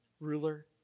ruler